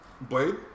Blade